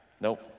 Nope